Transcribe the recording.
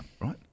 right